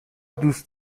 دوست